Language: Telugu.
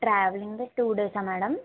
ట్రావెలింగే టూ డేసా మేడం